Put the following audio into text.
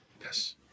Yes